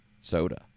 soda